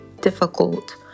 difficult